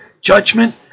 judgment